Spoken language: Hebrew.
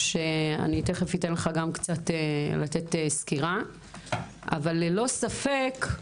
שתכף אבקש ממך לתת סקירה אבל ללא ספק,